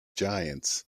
giants